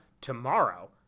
Tomorrow